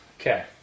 Okay